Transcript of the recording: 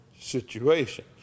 situation